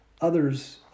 others